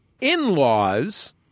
in-laws